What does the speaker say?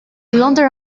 london